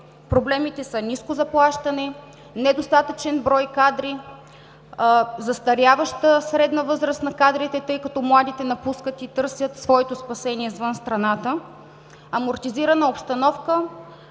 Проблемите са ниско заплащане, недостатъчен брой кадри, застаряваща средна възраст на кадрите, тъй като младите напускат и търсят своето спасение извън страната, амортизирана обстановка,